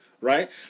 right